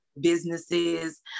businesses